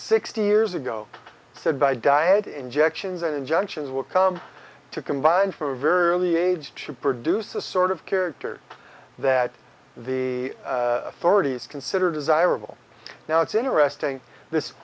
sixty years ago said by diet injections and injunctions will come to combine from a very early age to produce a sort of character that the authorities consider desirable now it's interesting this